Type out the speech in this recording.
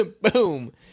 boom